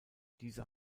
dieser